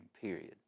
period